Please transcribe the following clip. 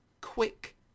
quick